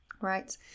right